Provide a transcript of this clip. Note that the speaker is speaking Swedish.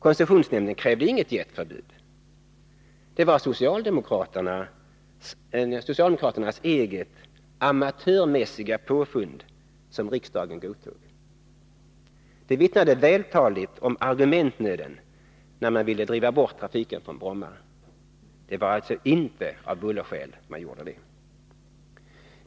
Koncessionsnämnden krävde inget jetförbud — det var socialdemokraternas eget amatörmässiga påfund som riksdagen godtog. Det vittnade vältaligt om argumentnöden, när man ville driva bort trafiken från Bromma; det var alltså inte av bullerskäl man gjorde det.